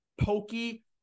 Pokey